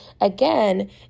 again